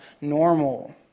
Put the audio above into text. normal